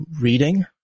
reading